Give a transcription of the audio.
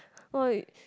what if